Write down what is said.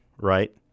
right